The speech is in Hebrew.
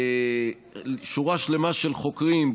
שורה שלמה של חוקרים,